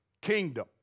kingdom